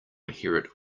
inherit